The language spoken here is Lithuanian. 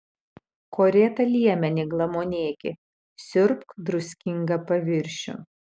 korėtą liemenį glamonėki siurbk druskingą paviršių